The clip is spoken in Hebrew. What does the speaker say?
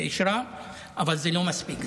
אבל זה לא מספיק,